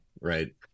Right